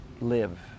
live